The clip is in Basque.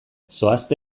zoazte